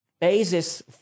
basis